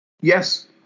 Yes